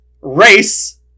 race